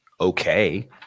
Okay